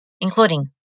including